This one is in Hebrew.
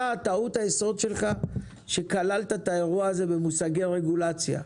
טעות היסוד שלך היא שכללת את האירוע הזה במושגי רגולציה.